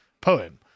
poem